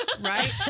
Right